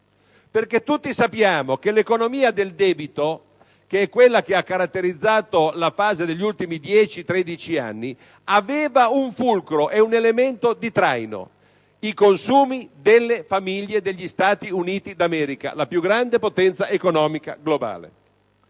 tutti sappiamo che l'economia del debito, che ha caratterizzato la fase degli ultimi 10-13 anni, aveva un fulcro ed un elemento di traino nei consumi delle famiglie degli Stati Uniti d'America, la più grande potenza economica globale,